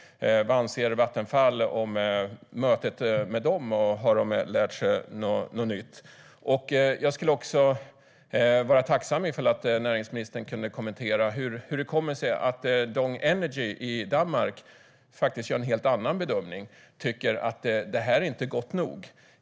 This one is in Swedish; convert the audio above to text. Vad anser Vattenfall om mötet med dem, och har man lärt sig något nytt? Jag skulle också vara tacksam ifall näringsministern kunde kommentera hur det kommer sig att Dong Energy i Danmark faktiskt gör en helt annan bedömning och tycker att detta inte är gott nog.